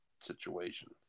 situation